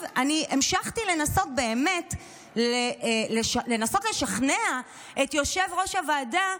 אני המשכתי לנסות באמת לשכנע את יושב-ראש הוועדה,